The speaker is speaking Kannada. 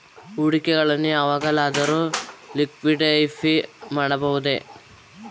ಹೂಡಿಕೆಗಳನ್ನು ಯಾವಾಗಲಾದರೂ ಲಿಕ್ವಿಡಿಫೈ ಮಾಡಬಹುದೇ?